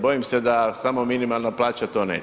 Bojim se da samo minimalna plaća to neće.